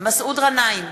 מסעוד גנאים,